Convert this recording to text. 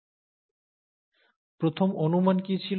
প্রথম অনুমান কি ছিল